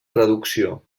traducció